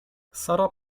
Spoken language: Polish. sara